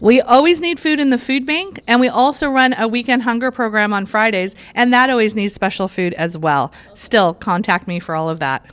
we always need food in the food bank and we also run a weekend hunger program on fridays and that always needs special food as well still contact me for all of that